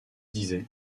disait